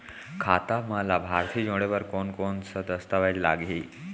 खाता म लाभार्थी जोड़े बर कोन कोन स दस्तावेज लागही?